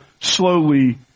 slowly